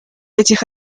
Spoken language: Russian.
этих